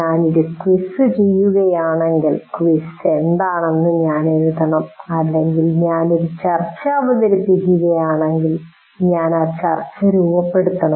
ഞാൻ ഒരു ക്വിസ് ചെയ്യുകയാണെങ്കിൽ ക്വിസ് എന്താണെന്ന് ഞാൻ എഴുതണം അല്ലെങ്കിൽ ഞാൻ ഒരു ചർച്ച അവതരിപ്പിക്കുകയാണെങ്കിൽ ഞാൻ ആ ചർച്ച രൂപപ്പെടുത്തണം